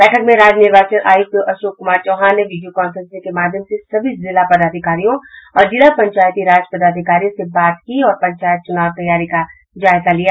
बैठक में राज्य निर्वाचन आयुक्त अशोक कुमार चौहान ने वीडियो कांफ्रेंसिंग के माध्यम से सभी जिला पदाधिकारियों और जिला पंचायती राज पदाधिकारियों से बात की और पंचायत चुनाव तैयारी का जायजा लिया